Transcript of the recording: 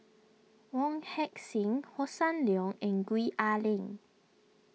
Wong Heck Sing Hossan Leong and Gwee Ah Leng